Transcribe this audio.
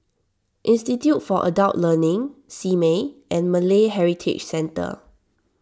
Institute for Adult Learning Simei and Malay Heritage Centre